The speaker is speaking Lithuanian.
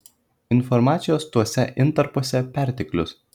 informacijos tuose intarpuose perteklius